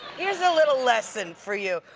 here's a little lesson for you.